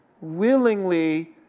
willingly